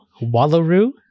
wallaroo